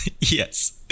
Yes